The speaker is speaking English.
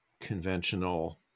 conventional